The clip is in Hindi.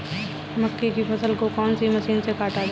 मक्के की फसल को कौन सी मशीन से काटा जाता है?